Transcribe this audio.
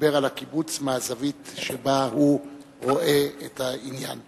דיבר על הקיבוץ מהזווית שבה הוא רואה את העניין.